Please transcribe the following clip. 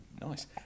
nice